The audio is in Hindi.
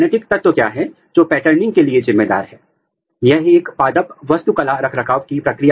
आपको यह उत्तक को लेना है और इसे इंबेडिंग मीडिया में सम्मिलित कर देना है